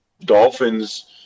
Dolphins